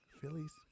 Phillies